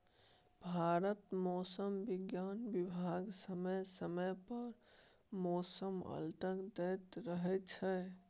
भारतक मौसम बिज्ञान बिभाग समय समय पर मौसम अलर्ट दैत रहै छै